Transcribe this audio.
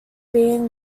being